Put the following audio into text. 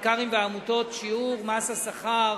מלכ"רים ועמותות, שיעור מס השכר